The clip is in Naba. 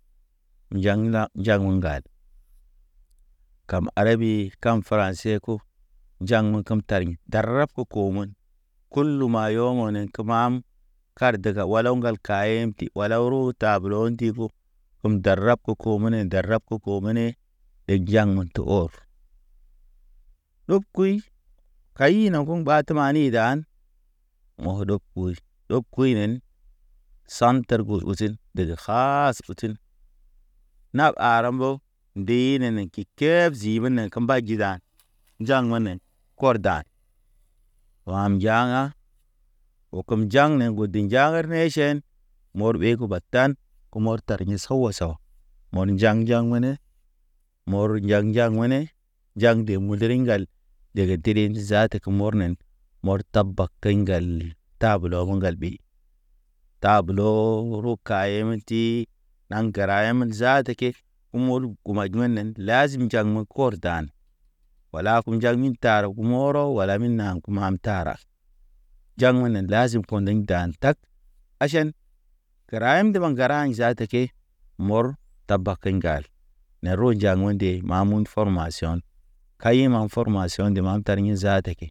Aywa le rɔndɔme de, ya ko tiri nde naŋ ka ʃege, lakiin njag yaŋ pasit. Njaŋ ren wala de veri taten njaŋ a njaŋ kem, trase tablo de kem. Tum gəra nenen ɗiya naŋ gaʃem teyanen. Trasiŋ ɗan tag tek taten aw njaŋ wal ge dadel ka i ren trasib ge ɔŋ ɔr ba uŋ ba tumani da. O de tende zaata deg utun te ndehin kef in te bada anen jaŋ. Wala ke mbada anen, bada haŋ min min koro fode zaman zaata ke alfabe zaata sawa an kaŋ. Uru fal fəra seene aw furu fan arabi ko. Bada hay ɲeɲ njag min alfabe njaŋ inen fene fene fene fene. Ɗek mɔr, aw kem jaŋ yemin arabi in ko, Bodami ali fiti ko fene fene fene fene. Tar ɲat tras tan tak sat tarteɲ ndaten, daŋ yene kem yaŋ ya daŋ ye njaŋ ya̰. Jaŋ mo̰ ɓa tar ko kumɔ ɔriŋ tum tar mugi kem hawal ke be ayi ta ri ga. Ŋgal ligme ge mantar ɲoro enen.